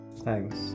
Thanks